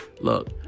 look